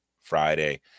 Friday